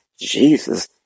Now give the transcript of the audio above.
Jesus